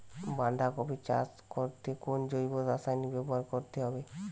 বাঁধাকপি চাষ করতে কোন জৈব রাসায়নিক ব্যবহার করতে হবে?